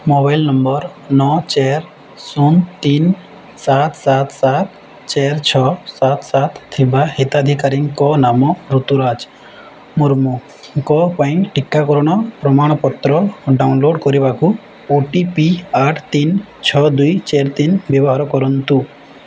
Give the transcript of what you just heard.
mobile number ନଅ ଚାରି ଶୂନ ତିନି ସାତ ସାତ ସାତ ଚାରି ଛଅ ସାତ ସାତ ଥିବା ହିତାଧିକାରୀଙ୍କ ନାମ ରୁତୁରାଜ ମୁର୍ମୁଙ୍କ ପାଇଁ ଟିକାକରଣ ପ୍ରମାଣପତ୍ର ଡାଉନଲୋଡ଼୍ କରିବାକୁ ଓ ଟି ପି ଆଠ ତିନି ଛଅ ଦୁଇ ଚାରି ତିନି ବ୍ୟବହାର କରନ୍ତୁ